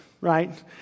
right